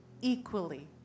equally